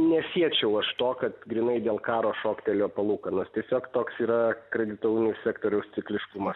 nesiečiau aš to kad grynai dėl karo šoktelėjo palūkanos tiesiog toks yra kredito unijų sektoriaus cikliškumas